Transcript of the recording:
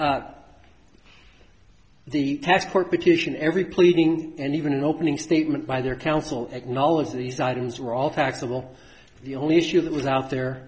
the tax court petition every pleading and even opening statement by their counsel acknowledges these items are all taxable the only issue that was out there